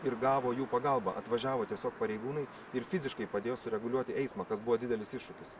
ir gavo jų pagalbą atvažiavo tiesiog pareigūnai ir fiziškai padėjo sureguliuoti eismą kas buvo didelis iššūkis